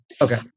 Okay